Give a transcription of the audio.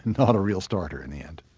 not a real starter in the end.